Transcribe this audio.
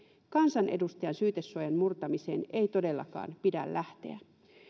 kansanedustajan syytesuojan murtamiseen ei todellakaan pidä lähteä